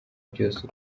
byose